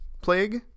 plague